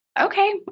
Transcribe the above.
Okay